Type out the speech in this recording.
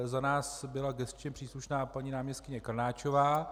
Za nás to byla gesčně příslušná paní náměstkyně Krnáčová.